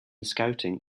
scouting